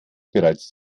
bereits